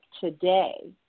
today